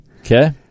Okay